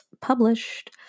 published